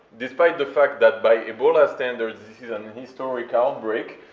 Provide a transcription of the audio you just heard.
despite the fact that by ebola standards, this is and a historic outbreak,